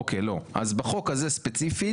אוקיי לא, אז בחוק הזה ספציפית